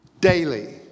Daily